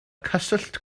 cyswllt